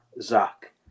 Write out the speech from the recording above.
Zach